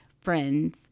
friends